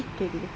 K K K